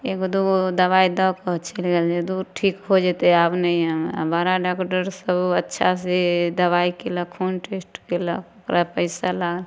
एगो दुइगो दवाइ दऽके ओ चलि गेल जे धुर ठीक हो जेतै आब नहि आएब बड़ा डॉक्टरसभ अच्छासे दवाइ कएलक खून टेस्ट कएलक ओकरा पइसा लागल